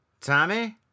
tommy